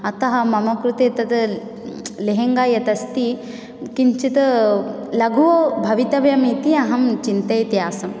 अतः मम कृते तद् लेहङ्गा यद् अस्ति किञ्चित् लघु भवितव्यमिति अहं चिन्तयती आसम्